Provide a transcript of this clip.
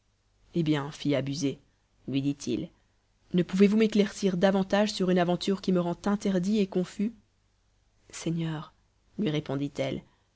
hé bien fille abusée lui dit-il ne pouvez-vous m'éclaircir davantage sur une aventure qui me rend interdit et confus seigneur lui